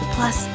Plus